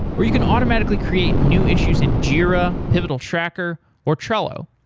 or you can automatically create new issues in jira, pivotal tracker, or trello.